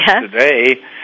today